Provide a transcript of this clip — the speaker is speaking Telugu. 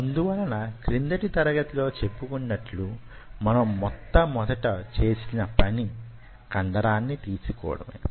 అందువలన క్రిందటి తరగతి లో చెప్పుకున్నట్లు మనం మొట్టమొదట చేసిన పని కండరాన్ని తీసుకోవడమే